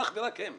אך ורק הם.